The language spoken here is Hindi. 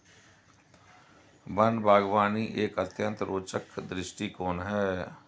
वन बागवानी एक अत्यंत रोचक दृष्टिकोण है